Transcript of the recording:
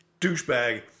douchebag